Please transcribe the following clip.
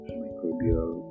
microbial